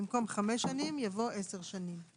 במקום "5 שנים" יבוא "10 שנים".